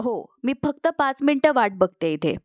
हो मी फक्त पाच मिनटं वाट बघते इथे